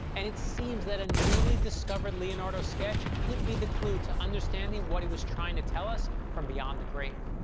and it seems that a newly discovered leonardo sketch could be the clue to understanding what he was trying to tell us from beyond the grave.